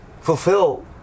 Fulfill